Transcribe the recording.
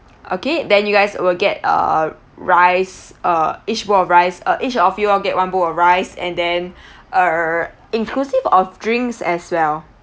okay then you guys will get uh rice uh each bowl of rice uh each of you all get one bowl of rice and then uh inclusive of drinks as well